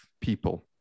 people